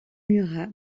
murat